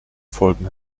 folgen